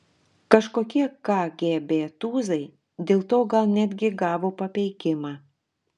kažkokie kgb tūzai dėl to gal netgi gavo papeikimą